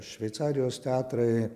šveicarijos teatrai